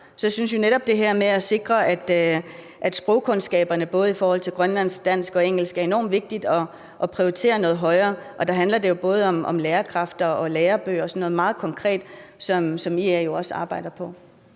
Vi synes, at netop det her med at sikre, at sprogkundskaberne både i forhold til grønlandsk, dansk og engelsk prioriteres noget højere, er enormt vigtigt. Og der handler det jo både om lærerkræfter og lærebøger og sådan noget meget konkret, som IA jo også arbejder for.